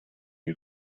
you